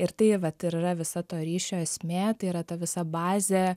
ir tai vat ir yra visa to ryšio esmė tai yra ta visa bazė